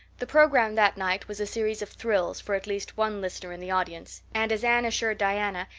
the program that night was a series of thrills for at least one listener in the audience, and, as anne assured diana,